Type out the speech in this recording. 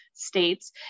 States